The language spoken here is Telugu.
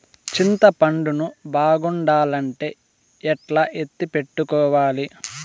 చింతపండు ను బాగుండాలంటే ఎట్లా ఎత్తిపెట్టుకోవాలి?